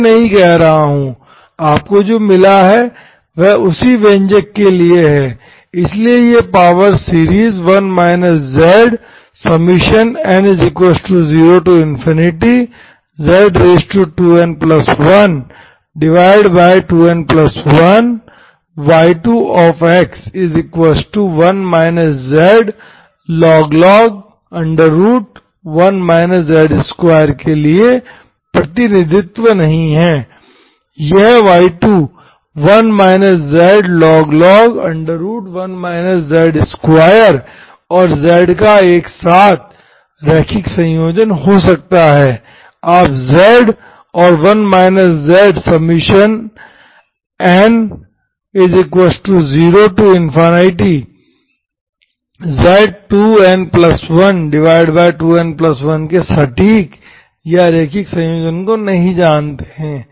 मैं यह नहीं कह रहा हूं आपको जो मिला है वह उसी व्यंजक के लिए है इसलिए यह पावर सीरीज 1 zn0z2n12n1y2 के लिए प्रतिनिधित्व नहीं है यह y2 1 zlog 1 z2 और z का एक साथ रैखिक संयोजन हो सकता है आप z और 1 zn0z2n12n1 के सटीक या रैखिक संयोजन को नहीं जानते हैं